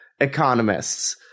economists